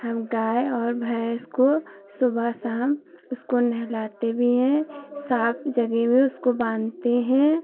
हम गाय और भैंस को सुबह शाम उसको नहलाते भी हैं साफ जगह में उसको बाँधते हैं